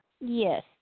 Yes